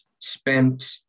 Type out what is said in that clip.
spent